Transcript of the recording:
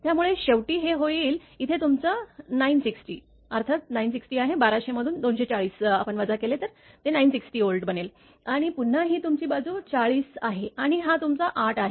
त्यामुळे शेवटी हे होईल इथे तुमचा 960 960 व्होल्ट बनेल आणि पुन्हा ही तुमची बाजू 40 आहे आणि हा तुमचा 8 आहे